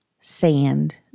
sand